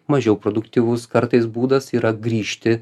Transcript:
mažiau produktyvus kartais būdas yra grįžti